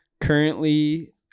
currently